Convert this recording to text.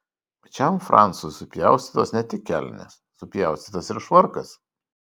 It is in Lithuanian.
pačiam francui supjaustytos ne tik kelnės supjaustytas ir švarkas